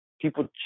people